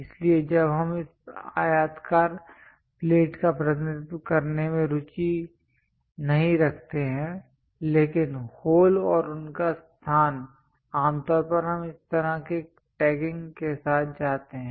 इसलिए जब हम इस आयताकार प्लेट का प्रतिनिधित्व करने में रुचि नहीं रखते हैं लेकिन होल और उनका स्थान आमतौर पर हम इस तरह के टैगिंग के साथ जाते हैं